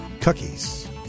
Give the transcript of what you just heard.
Cookies